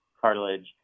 cartilage